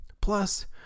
Plus